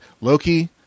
Loki